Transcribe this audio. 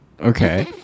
okay